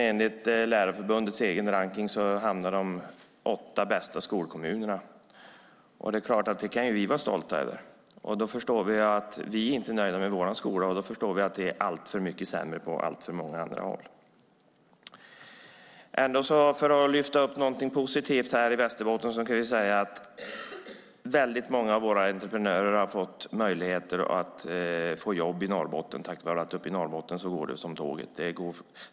Enligt Lärarförbundets egen rankning hamnar de åtta bästa skolkommunerna i Norrbotten och Västerbotten. Det kan vi vara stolta över. Men vi är inte nöjda med vår egen skola. Då förstår vi att det är alltför mycket sämre på alltför många andra håll. För att lyfta upp någonting positivt i Västerbotten kan jag säga att väldigt många av våra entreprenörer har fått möjligheter att få jobb i Norrbotten tack vare att det uppe i Norrbotten går som tåget.